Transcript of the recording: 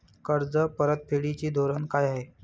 कर्ज परतफेडीचे धोरण काय आहे?